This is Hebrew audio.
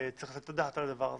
צריך לתת את הדעת על הדבר הזה.